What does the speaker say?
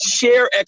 Share